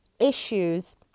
issues